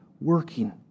working